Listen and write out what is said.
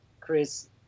Chris